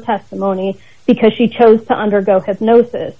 testimony because she chose to undergo has noticed this